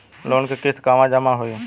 Loan के किस्त कहवा जामा होयी?